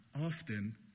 often